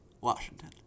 Washington